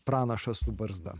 pranašas su barzda